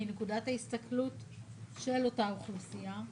מנקודת ההסתכלות של אותה אוכלוסייה,